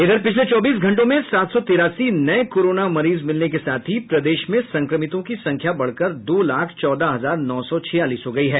उधर पिछले चौबीस घंटों में सात सौ तिरासी नये कोरोना मरीज मिलने के साथ ही प्रदेश में संक्रमितों की संख्या बढ़कर दो लाख चौदह हजार नौ सौ छियालीस हो गयी है